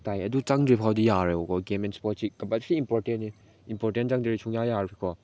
ꯇꯥꯏ ꯑꯗꯨ ꯆꯪꯗ꯭ꯔꯤ ꯐꯥꯎꯗꯤ ꯌꯥꯔꯣꯏꯌꯦꯕꯀꯣ ꯒꯦꯝ ꯑꯦꯟ ꯏꯁꯄꯣꯔꯠꯁꯤ ꯀꯝꯄꯜꯁꯔꯤ ꯏꯝꯄꯣꯔꯇꯦꯟꯅꯤ ꯏꯝꯄꯣꯔꯇꯦꯟ ꯆꯪꯗ꯭ꯔꯗꯤ ꯁꯨꯡꯌꯥ ꯌꯥꯔꯣꯏꯀꯣ